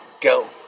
go